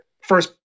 first